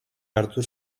hartu